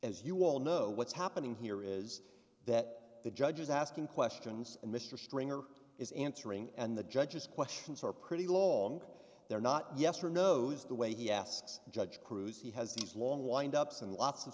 as you all know what's happening here is that the judge is asking questions and mr stringer is answering and the judge's questions are pretty long they're not yes or no the way he asks judge cruz he has these long wind ups and lots of